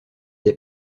des